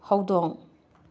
ꯍꯧꯗꯣꯡ